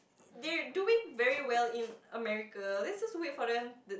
they're doing very well in America let's just wait for them to